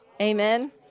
Amen